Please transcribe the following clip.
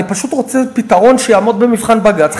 אני פשוט רוצה פתרון שיעמוד במבחן בג"ץ.